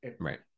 right